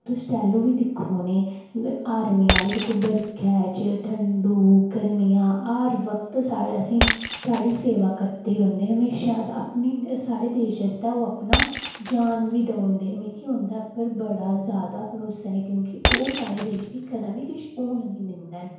तुस तैलूं बी दिक्खो आर्मी आह्ले बर्खा् च ठंडू गर्मियां हर वक्त साढ़े असें ईं साढ़ी सेवा करदे रौहंदे हमेशा अपनी साढ़ी ख्वाहिश आस्तै अपनी जान बी देईओड़दे मिगी उं'दे पर बड़ा ओह् साढ़े देश गी कदें बी किश होन निं दिंदे है'न